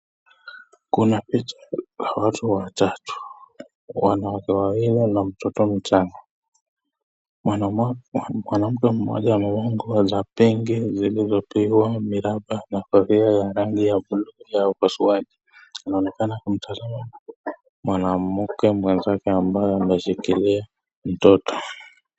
Kuna picha ya watu watatu, wanawake waiwili na mtoto mchanga, mwanamke mmoja amevakia nguo ya pinki iliyo pigwa miradha na kofia ya rangi ya bkue ya upasuaji, inaonekana mtoto huyu mwanamke mwenzake ameshikilia mtoto.